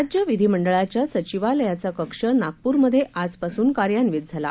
राज्य विधिमंडळाच्या सचिवालयाचा कक्ष नागप्रमध्ये आज पास्न कार्यान्वित झाला